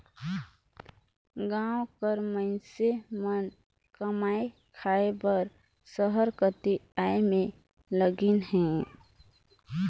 गाँव कर मइनसे मन कमाए खाए बर सहर कती आए में लगिन अहें